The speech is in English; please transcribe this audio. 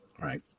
Right